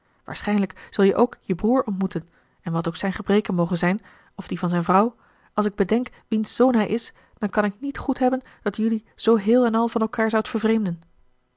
waarschijnlijk zul je ook je broer ontmoeten en wat ook zijn gebreken mogen zijn of die van zijn vrouw als ik bedenk wiens zoon hij is dan kan ik niet goed hebben dat jelui zoo heel en al van elkaar zoudt vervreemden